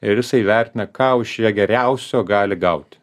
ir jisai vertina ką už ją geriausio gali gaut